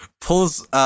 pulls